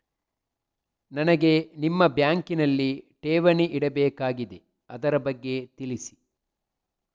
ನನಗೆ ನಿಮ್ಮ ಬ್ಯಾಂಕಿನಲ್ಲಿ ಠೇವಣಿ ಇಡಬೇಕಾಗಿದೆ, ಅದರ ಬಗ್ಗೆ ತಿಳಿಸಿ